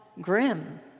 grim